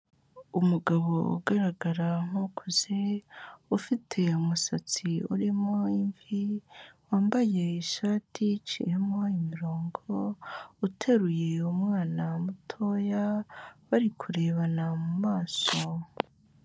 Umugabo ugaragara nk'ukuze ufite umusatsi urimo imvi, wambaye ishati iciyemo imirongo, uteruye umwana mutoya bari kurebana mu maso.